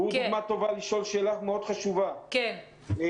הוא דוגמה מאוד טובה לשאול שאלה מאוד חשובה: המשלחת